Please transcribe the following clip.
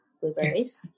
Blueberries